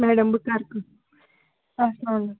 madam بہٕ کَرٕ السلام علیکُم